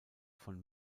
von